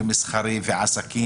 משהו מסחרי וכו'.